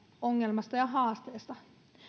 ongelmasta ja haasteesta